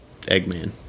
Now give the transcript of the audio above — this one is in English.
Eggman